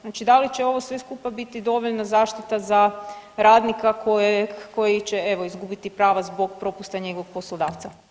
Znači da li će ovo sve skupa biti dovoljna zaštita za radnika koji će evo izgubiti prava zbog propusta njegovog poslodavca?